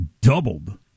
doubled